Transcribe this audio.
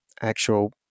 actual